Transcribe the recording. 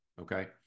okay